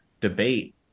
debate